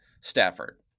Stafford